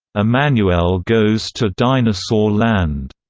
ah emanuelle goes to dinosaur land,